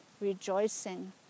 rejoicing